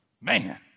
Man